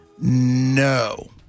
No